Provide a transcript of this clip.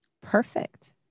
Perfect